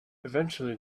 eventually